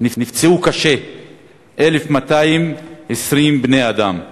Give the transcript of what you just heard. ונפצעו קשה 1,220 בני-אדם.